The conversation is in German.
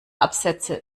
absätze